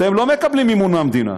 אתם לא מקבלים מימון מהמדינה,